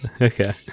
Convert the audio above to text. Okay